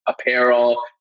apparel